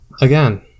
Again